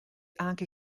anche